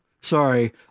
sorry